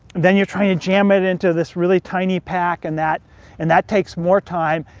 then you're trying to jam it into this really tiny pack, and that and that takes more time.